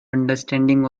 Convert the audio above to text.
understanding